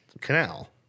canal